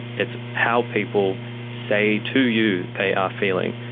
it's how people say to you they are feeling,